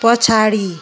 पछाडि